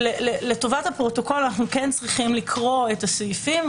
לטובת הפרוטוקול אנחנו כן צריכים לקרוא את הסעיפים,